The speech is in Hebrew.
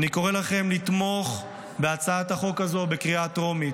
אני קורא לכם לתמוך בהצעת החוק הזו בקריאה הטרומית.